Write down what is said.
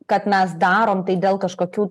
kad mes darom tai dėl kažkokių